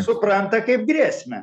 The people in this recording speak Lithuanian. supranta kaip grėsmę